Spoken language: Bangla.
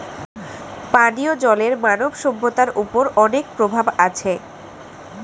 পানিও জলের মানব সভ্যতার ওপর অনেক প্রভাব আছে